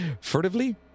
Furtively